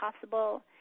possible